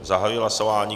Zahajuji hlasování.